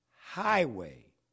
highway